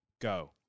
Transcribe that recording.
go